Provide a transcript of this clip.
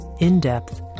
in-depth